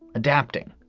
adapting,